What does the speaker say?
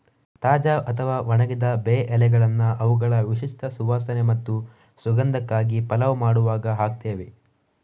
ತಾಜಾ ಅಥವಾ ಒಣಗಿದ ಬೇ ಎಲೆಗಳನ್ನ ಅವುಗಳ ವಿಶಿಷ್ಟ ಸುವಾಸನೆ ಮತ್ತು ಸುಗಂಧಕ್ಕಾಗಿ ಪಲಾವ್ ಮಾಡುವಾಗ ಹಾಕ್ತೇವೆ